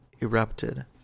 erupted